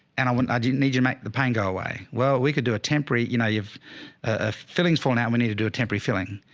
and i, i didn't need you to make the pain go away. well, we could do a temporary, you know, you've a fillings for now we need to do a temporary filling.